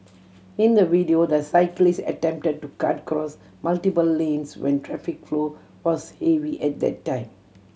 in the video the cyclist attempted to cut across multiple lanes when traffic flow was heavy at that time